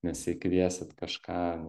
nes jei kviesit kažką